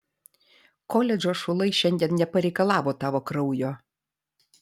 koledžo šulai šiandien nepareikalavo tavo kraujo